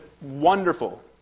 wonderful